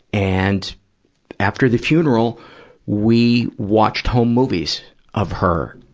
and after the funeral we watched home movies of her,